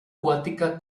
acuática